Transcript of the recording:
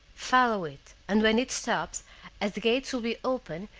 follow it, and when it stops, as the gates will be open,